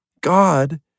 God